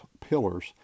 pillars